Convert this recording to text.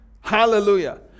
Hallelujah